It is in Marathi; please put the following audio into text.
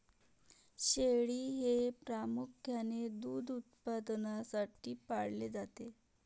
शेळी हे प्रामुख्याने दूध उत्पादनासाठी पाळले जाते